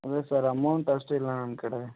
ಅದೆ sir amount ಅಷ್ಟು ಇಲ್ಲ ನನ್ನ ಕಡೆ